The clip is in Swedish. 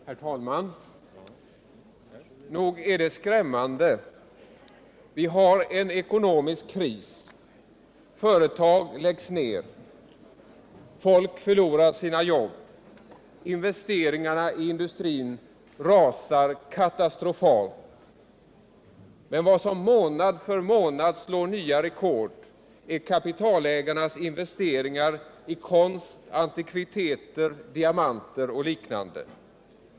Herr talman! Nog är det skrämmande. Vi har en ekonomisk kris. Företag läggs ned. Människor förlorar sina jobb. Investeringarna i industrin rasar katastrofalt. Men vad som månad för månad slår nya rekord är kapitalägarnas investeringar i konst, antikviteter, diamanter och liknande.